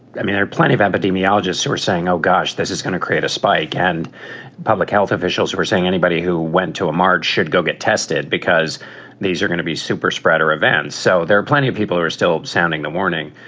i mean, there are plenty of epidemiologists who are saying, oh, gosh, this is going to create a spike. and public health officials who are saying anybody who went to a march should go get tested because these are going to be super spreader events. so there plenty of people who are still sounding the warning.